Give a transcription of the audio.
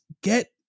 get